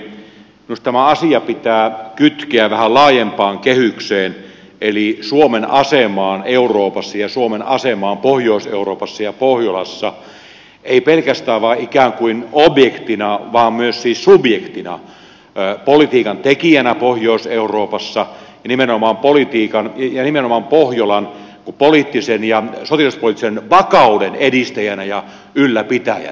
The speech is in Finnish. minusta tämä asia pitää kytkeä vähän laajempaan kehykseen eli suomen asemaan euroopassa ja suomen asemaan pohjois euroopassa ja pohjolassa ei pelkästään vain ikään kuin objektina vaan myös siis subjektina politiikantekijänä pohjois euroopassa ja nimenomaan pohjolan poliittisen ja sotilaspoliittisen vakauden edistäjänä ja ylläpitäjänä